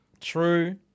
True